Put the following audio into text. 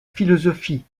philosophie